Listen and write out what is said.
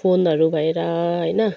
फोनहरू भएर होइन